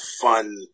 fun